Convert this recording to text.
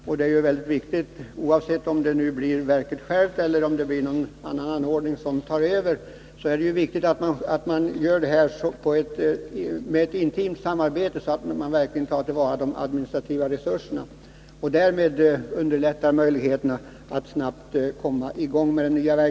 Oavsett om det blir industriverket självt som svarar för den nya verksamheten eller om det ordnas på något annat sätt är det väldigt viktigt att man upprättar ett intimt samarbete med den personal som arbetat med dessa frågor och att man tar till vara de administrativa resurser som finns, så att man därmed skapar möjligheter att snabbt komma i gång.